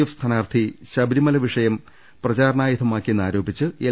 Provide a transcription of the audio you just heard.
F സ്ഥാനാർത്ഥി ശബരിമല വിഷയം പ്രചാരണായുധമാക്കിയെന്നാരോപിച്ച് എൽ